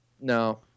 No